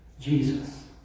Jesus